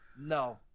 no